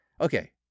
Okay